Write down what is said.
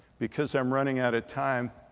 because i'm running out of time,